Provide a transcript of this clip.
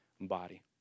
body